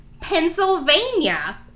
Pennsylvania